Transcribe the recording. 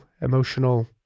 emotional